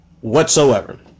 whatsoever